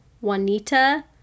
juanita